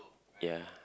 ya